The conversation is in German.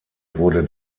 wurde